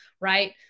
right